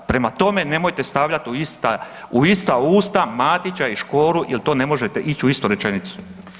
Prema tome, nemojte stavljati u ista usta Matića i Škoru jer tu ne možete ić u istu rečenicu.